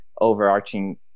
overarching